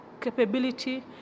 capability